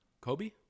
Kobe